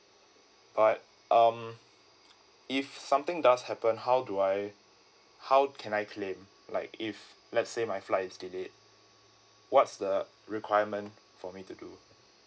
but um if something does happen how do I how can I claim like if let's say my flight is delayed what's the requirement for me to do